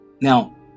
Now